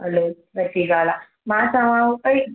हले सुठी ॻाल्हि आहे मां चवांव पेई